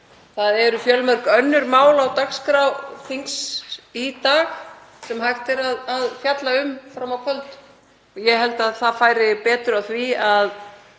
Það eru fjölmörg önnur mál á dagskrá þingsins í dag sem hægt er að fjalla um fram á kvöld og ég held að það færi betur á því að